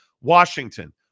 Washington